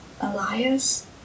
Elias